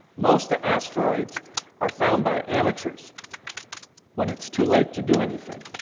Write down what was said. most asteroids are found by amateurs when it's too late to do anything.